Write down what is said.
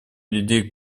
людей